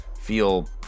feel